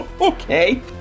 okay